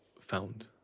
found